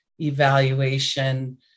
evaluation